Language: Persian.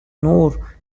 نور